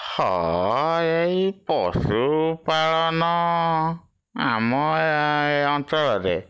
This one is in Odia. ହଁ ଏଇ ପଶୁପାଳନ ଆମ ଅଞ୍ଚଳରେ